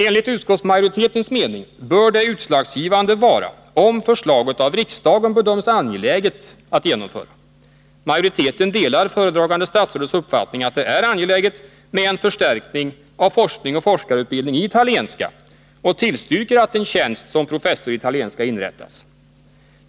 Enligt utskottsmajoritetens mening bör det utslagsgivande vara om förslaget av riksdagen bedöms angeläget att genomföra. Majoriteten delar föredragande statsrådets uppfattning, att det är angeläget med en förstärkning av forskning och forskarutbildning i italienska och tillstyrker att en tjänst som professor i italienska inrättas.